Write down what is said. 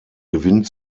gewinnt